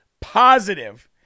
positive